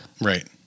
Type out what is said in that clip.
right